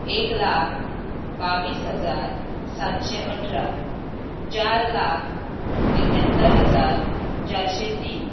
एक लाख बावीस हजार सातशें अठरा चार लाख एक्यात्तर हजार चारशें तीन